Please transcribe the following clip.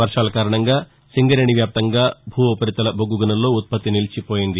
వర్షాల కారణంగా సింగరేణి వ్యాప్తంగా భూఉపరితల బొగ్గగనుల్లో ఉత్పత్తి నిలిచిపోయింది